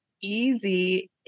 easy